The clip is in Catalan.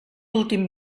últim